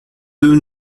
deux